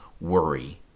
worry